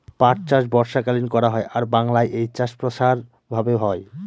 পাট চাষ বর্ষাকালীন করা হয় আর বাংলায় এই চাষ প্রসার ভাবে হয়